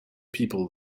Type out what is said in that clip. people